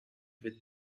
with